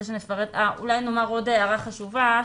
עוד הערה חשובה.